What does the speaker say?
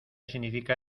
significa